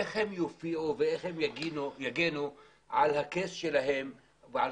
איך הם יופיעו ואיך הם יגנו על המקרה שלהם ועל